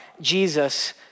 Jesus